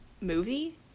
movie